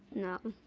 no.